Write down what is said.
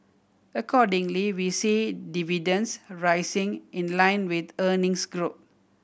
accordingly we see dividends rising in line with earnings grow